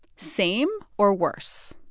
same or worse?